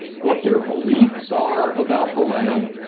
what their beliefs are about the land,